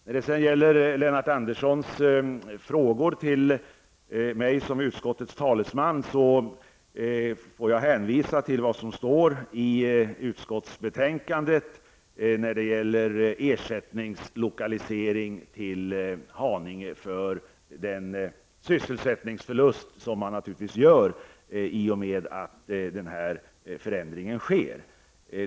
När det sedan gäller Lennart Anderssons frågor till mig som utskottets talesman får jag hänvisa till vad som står i utskottsbetänkandet när det gäller ersättningslokalisering till Haninge för den sysselsättningsförlust som man naturligtvis gör i och med att den här förändringen sker.